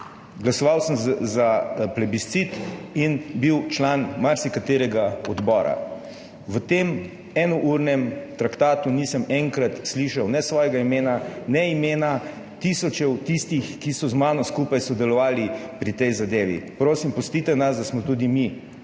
Glasoval sem za plebiscit in bil član marsikaterega odbora. V tem enournem traktatu nisem enkrat slišal ne svojega imena ne imena tisoče tistih, ki so z mano skupaj sodelovali pri tej zadevi. Prosim, pustite nas, da smo tudi mi